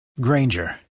Granger